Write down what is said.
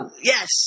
Yes